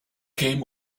came